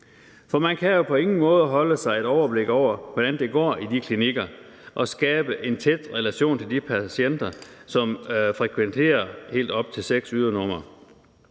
For man kan jo på ingen måde danne sig et overblik over, hvordan det går i de klinikker, og skabe en tæt relation til de patienter, som frekventerer helt op til seks ydernumre.